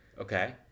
Okay